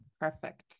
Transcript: perfect